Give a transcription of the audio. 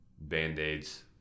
band-aids